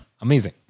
Amazing